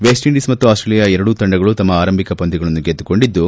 West Indies ಮತ್ತು Australia ಎರಡೂ ತಂಡಗಳು ತಮ್ಮ ಆರಂಭಿಕ ಪಂದ್ಚಗಳನ್ನು ಗೆದ್ದುಕೊಂಡಿದ್ದು